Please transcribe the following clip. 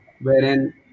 Wherein